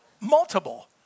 Multiple